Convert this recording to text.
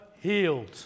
healed